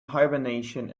hibernation